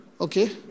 Okay